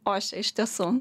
ošia iš tiesų